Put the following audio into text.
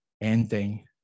ending